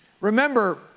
Remember